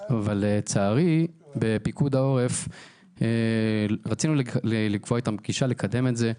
רצינו לקבוע פגישה עם פיקוד העורף כדי לקדם את זה,